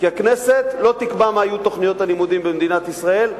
כי הכנסת לא תקבע מה יהיו תוכניות הלימודים במדינת ישראל.